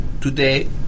today